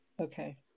Okay